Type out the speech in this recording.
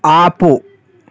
ఆపు